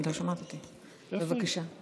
בבקשה.